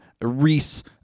Reese